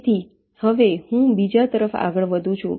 તેથી હવે હું બીજા તરફ આગળ વધું છું